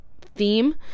theme